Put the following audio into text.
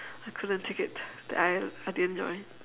I couldn't take it I I didn't enjoy